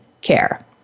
care